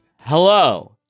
Hello